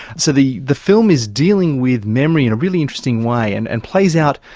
so the the film is dealing with memory in a really interesting way and and plays out,